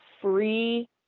free